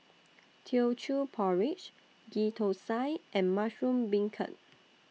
Teochew Porridge Ghee Thosai and Mushroom Beancurd